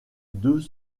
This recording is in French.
deux